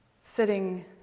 sitting